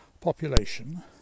population